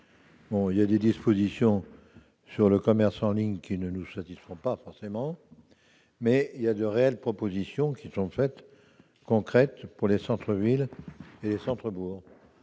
certaines dispositions, sur le commerce en ligne, ne nous satisfont pas forcément, mais que de réelles propositions, concrètes, sont faites pour les centres-villes et les centres-bourgs.